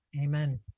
Amen